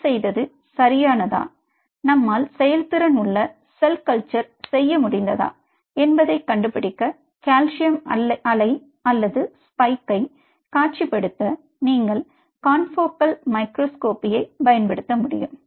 நாம் செய்தது சரியானதா நம்மால் செயல்திறன் உள்ள செல் கல்ச்சர் செய்ய முடிந்ததா என்பதை கண்டுபிடிக்க கால்சியம் அலை அல்லது ஸ்பைக்கைக் காட்சிப்படுத்த நீங்கள் கன்ஃபோகல் மைக்ரோஸ்கோபியைப் பயன்படுத்த முடியும்